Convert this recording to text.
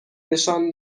نشان